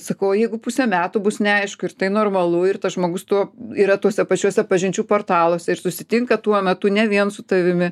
sakau o jeigu pusę metų bus neaišku ir tai normalu ir tas žmogus tuo yra tuose pačiuose pažinčių portaluose ir susitinka tuo metu ne vien su tavimi